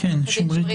שמרית